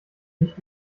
nicht